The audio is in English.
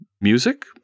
music